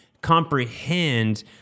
comprehend